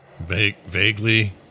Vaguely